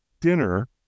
dinner